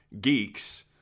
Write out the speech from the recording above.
geeks